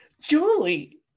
julie